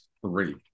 three